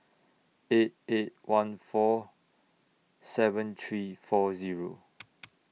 eight eight one four seven three four Zero